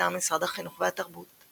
מטעם משרד החינוך והתרבות .